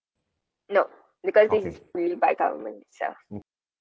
no because this is really by government itself